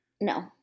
No